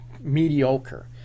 mediocre